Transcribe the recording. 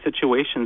situations